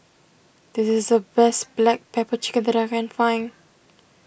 this is the best Black Pepper Chicken that I can find